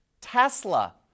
Tesla